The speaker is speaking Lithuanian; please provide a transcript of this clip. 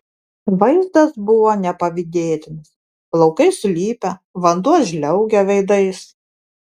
vaizdas buvo nepavydėtinas plaukai sulipę vanduo žliaugia veidais